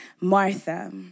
Martha